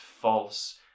false